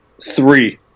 three